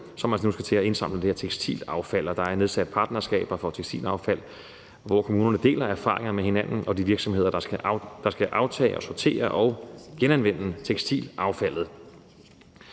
som altså nu skal til at indsamle det her tekstilaffald, og der er nedsat partnerskaber for tekstilaffald, hvor kommunerne deler erfaringer med hinanden og de virksomheder, der skal aftage og sortere og genanvende tekstilaffaldet.